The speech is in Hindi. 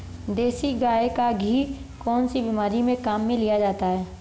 देसी गाय का घी कौनसी बीमारी में काम में लिया जाता है?